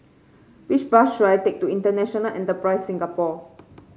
which bus should I take to International Enterprise Singapore